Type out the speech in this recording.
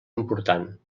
important